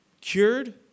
cured